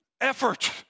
effort